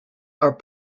are